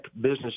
business